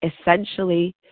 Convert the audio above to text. essentially